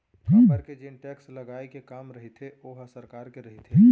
काबर के जेन टेक्स लगाए के काम रहिथे ओहा सरकार के रहिथे